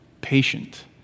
patient